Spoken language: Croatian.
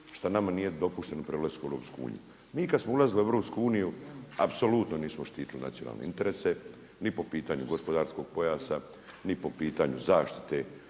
što nama nije dopušteno prelaskom u Europsku uniju. Mi kada smo ulazili u Europsku uniju apsolutno nismo štitili nacionalne interese ni po pitanju gospodarskog pojasa, ni po pitanju zaštite